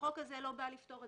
אני מקבל את זה.